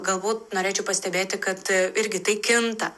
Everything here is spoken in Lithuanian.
galbūt norėčiau pastebėti kad irgi tai kinta